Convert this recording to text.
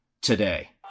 today